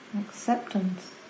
acceptance